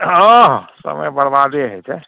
हँ हँ समय बेरबादे होइ छै